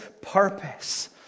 purpose